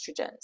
estrogens